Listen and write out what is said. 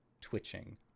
twitching